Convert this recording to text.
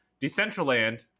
decentraland